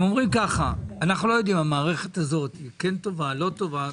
אומרים שאנחנו לא יודעים אם המערכת הזאת כן טובה או לא טובה.